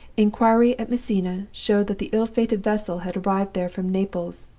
inquiry at messina showed that the ill-fated vessel had arrived there from naples.